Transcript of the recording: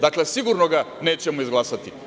Dakle, sigurno ga nećemo izglasati.